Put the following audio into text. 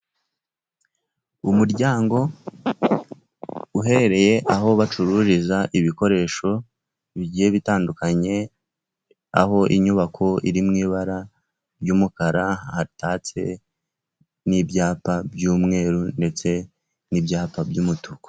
Umuryango uherereye aho bacururiza ibikoresho bigiye bitandukanye, aho inyubako iri mu ibara ry'umukara, hatatse n'ibyapa by'umweru ndetse n'ibyapa by'umutuku.